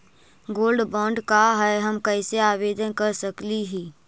Gold bond का है, हम कैसे आवेदन कर सकली ही?